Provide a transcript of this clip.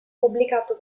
pubblicato